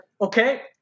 Okay